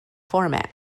format